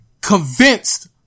convinced